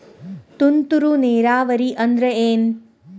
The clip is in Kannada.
ತುಂತುರು ನೇರಾವರಿ ಅಂದ್ರ ಏನ್?